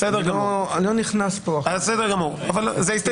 בסדר גמור, אבל זאת גם